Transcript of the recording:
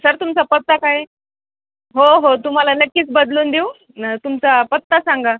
sir तुमचा पत्ता काय आहे हो हो तुम्हाला नक्कीच बदलून देऊ न तुमचा पत्ता सांगा